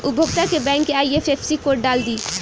उपभोगता के बैंक के आइ.एफ.एस.सी कोड डाल दी